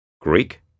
Greek